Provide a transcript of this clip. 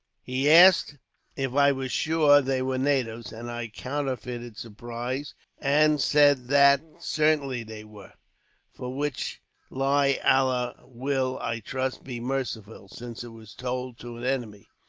he asked if i was sure they were natives, and i counterfeited surprise, and said that certainly they were for which lie allah will, i trust, be merciful, since it was told to an enemy.